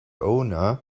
owner